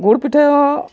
ᱜᱩᱲ ᱯᱤᱴᱷᱟᱹ ᱦᱚᱸ